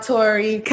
Tori